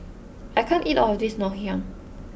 I can't eat all of this Ngoh Hiang